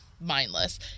mindless